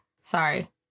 Sorry